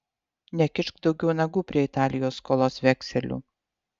nekišk daugiau nagų prie italijos skolos vekselių